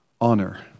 Honor